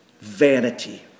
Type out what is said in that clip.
vanity